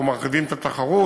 אנחנו מרחיבים את התחרות,